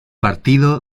partido